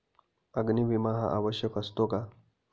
अग्नी विमा हा आवश्यक असतो का?